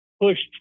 pushed